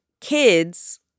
kids